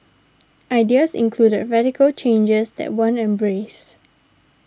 ideas included radical changes that weren't embraced